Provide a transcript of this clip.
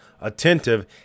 attentive